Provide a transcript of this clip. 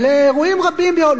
ולאירועים רבים מאוד,